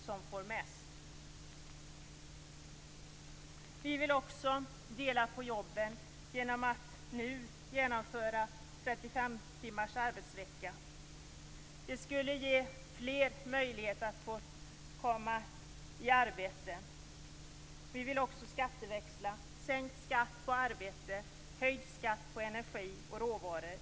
Miljöpartiet vill också dela på jobben genom att nu genomföra 35 timmars arbetsvecka. Det skulle ge fler möjlighet att få komma i arbete. Inom Miljöpartiet vill vi också skatteväxla - vi vill ha sänkt skatt på arbete och höjd skatt på energi och råvaror.